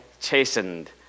chastened